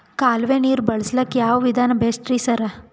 ಕಾಲುವೆ ನೀರು ಬಳಸಕ್ಕ್ ಯಾವ್ ವಿಧಾನ ಬೆಸ್ಟ್ ರಿ ಸರ್?